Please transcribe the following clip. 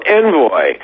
envoy